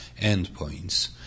endpoints